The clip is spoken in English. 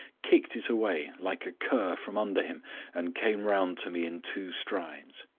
kicked it away like a cur from under him and came round to me in two strides.